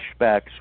flashbacks